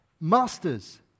masters